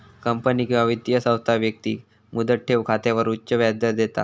company किंवा वित्तीय संस्था व्यक्तिक मुदत ठेव खात्यावर उच्च व्याजदर देता